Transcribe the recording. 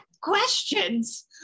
questions